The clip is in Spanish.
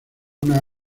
una